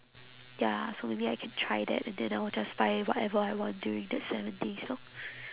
ya so maybe I can try that and then I will just buy whatever I want during that seven days lor